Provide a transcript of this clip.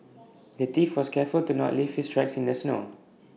the thief was careful to not leave his tracks in the snow